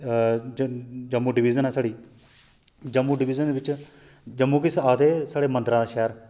Jammu division ऐ साढ़ी Jammu division बिच्च जम्मू कि आखदे साढ़ा मंदरे दा शैह्र